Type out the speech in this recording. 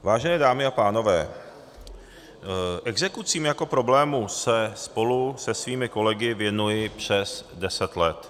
Vážené dámy a pánové, exekucím jako problému se spolu se svými kolegy věnuji přes deset let.